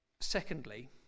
Secondly